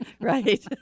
right